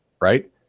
right